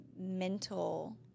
mental